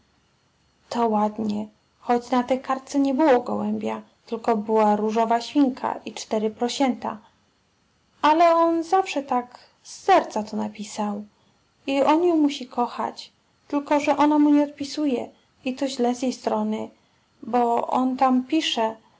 to ładnie choć na tej kartce nie było gołębia tylko była różowa świnka i cztery prosięta ale on zawsze tak z serca to napisał i on ją musi kochać tylko że ona mu odpisuje i to źle z jej strony bo on tam pisze